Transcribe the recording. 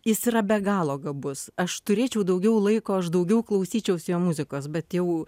jis yra be galo gabus aš turėčiau daugiau laiko aš daugiau klausyčiausi jo muzikos bet jau